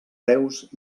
peus